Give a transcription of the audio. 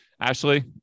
Ashley